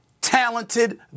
talented